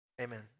Amen